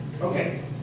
Okay